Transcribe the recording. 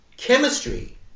Chemistry